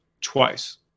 twice